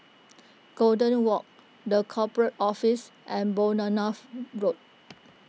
Golden Walk the Corporate Office and Bournemouth Road